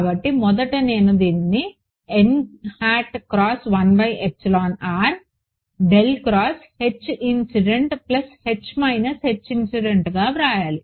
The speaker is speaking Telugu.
కాబట్టి మొదట నేను దీన్ని వ్రాయాలి